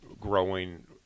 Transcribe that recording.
growing